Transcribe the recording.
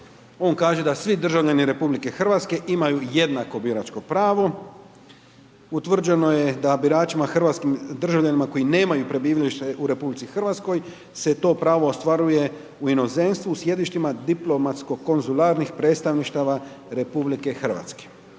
on kaže da svi državljani RH imaju jednako biračko pravo, utvrđeno je da biračima, hrvatskim državljanima koji nemaju prebivalište u RH se to pravo ostvaruje u inozemstvu, u sjedištima diplomatsko konzularnih predstavništava RH.